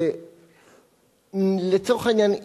לצורך העניין,